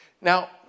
Now